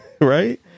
right